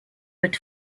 but